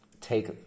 take